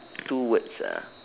two words ah